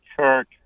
church